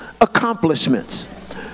accomplishments